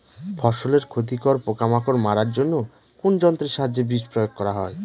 ফসলের ক্ষতিকর পোকামাকড় মারার জন্য কোন যন্ত্রের সাহায্যে বিষ প্রয়োগ করা হয়?